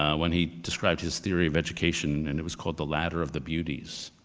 um when he described his theory of education, and it was called the ladder of the beauties.